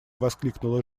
воскликнула